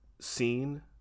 seen